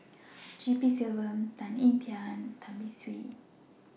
G P Selvam Tan Ean Kiam and Tan Beng Swee